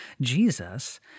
Jesus